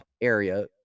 area